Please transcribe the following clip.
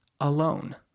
alone